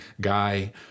guy